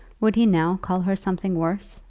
would he now call her something worse,